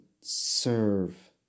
serve